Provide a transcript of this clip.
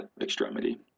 extremity